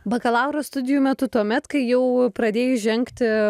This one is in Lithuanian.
bakalauro studijų metu tuomet kai jau pradėjai žengti